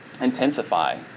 intensify